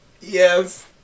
Yes